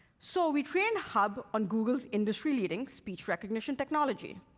so we trained hub on google's industry-leading speech recognition technology.